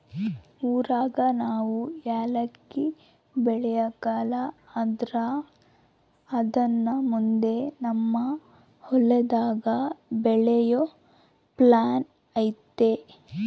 ಊರಾಗ ನಾವು ಯಾಲಕ್ಕಿ ಬೆಳೆಕಲ್ಲ ಆದ್ರ ಅದುನ್ನ ಮುಂದೆ ನಮ್ ಹೊಲದಾಗ ಬೆಳೆಯೋ ಪ್ಲಾನ್ ಐತೆ